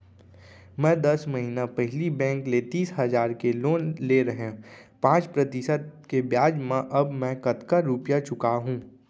मैं दस महिना पहिली बैंक ले तीस हजार के लोन ले रहेंव पाँच प्रतिशत के ब्याज म अब मैं कतका रुपिया चुका हूँ?